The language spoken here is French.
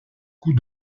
coup